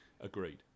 Agreed